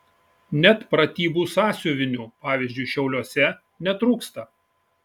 net pratybų sąsiuvinių pavyzdžiui šiauliuose netrūksta